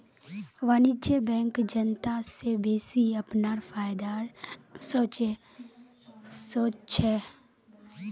वाणिज्यिक बैंक जनता स बेसि अपनार फायदार सोच छेक